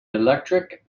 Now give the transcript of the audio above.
electric